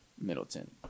Middleton